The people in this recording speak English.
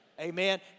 Amen